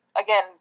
again